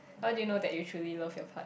how do you know that you truly love your partner